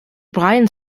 brian